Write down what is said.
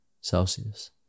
Celsius